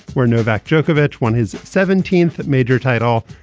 where novak djokovic won his seventeenth major title,